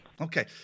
Okay